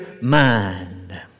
mind